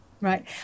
right